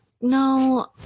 No